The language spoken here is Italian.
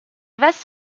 wes